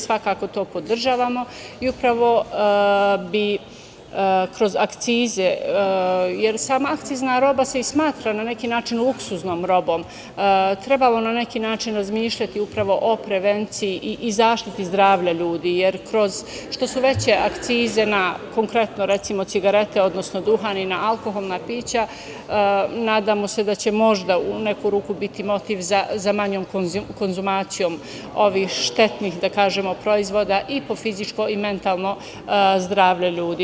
Svakako to podržavamo i upravo bi kroz akcize, jer sama akcizna roba se smatra na neki način luksuznom robom, trebalo na neki način razmišljati o prevenciji i zaštiti zdravlja ljudi, jer što su veće akcize na cigarete, odnosno duvan i na alkoholna pića, nadamo se da će možda u neku ruku biti motiv za manjom konzumacijom ovih štetnih, da kažemo, proizvoda i po fizičko i mentalno zdravlje ljudi.